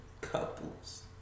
couples